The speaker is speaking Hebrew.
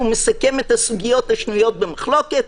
מסכם את הסוגיות השנויות במחלוקת,